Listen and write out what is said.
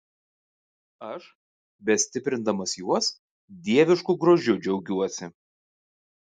aš bestiprindamas juos dievišku grožiu džiaugiuosi